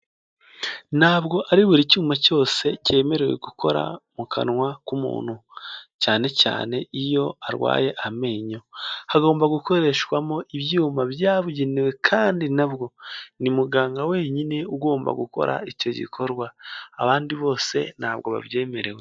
Ntabwo ari buri cyuma cyose cyemerewe gukora mu akanywa ku muntu. Cyane cyane iyo arwaye amenyo, hagomba gukoreshwamo ibyuma byabugenewe kandi nabwo ni muganga wenyine ugomba gukora icyo gikorwa abandi bose ntago babyemerewe.